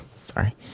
sorry